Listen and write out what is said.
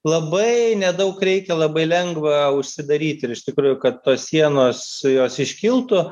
labai nedaug reikia labai lengva užsidaryti ir iš tikrųjų kad tos sienos jos iškiltų